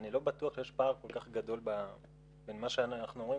אני לא בטוח שיש פער כל כך גדול בין מה שאנחנו אומרים,